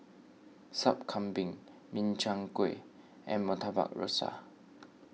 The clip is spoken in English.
Sup Kambing Min Chiang Kueh and Murtabak Rusa